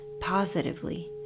positively